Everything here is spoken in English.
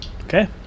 Okay